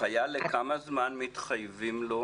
החייל, לכמה זמן מתחייבים לו